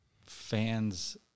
fans